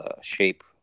shape